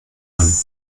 man